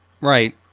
Right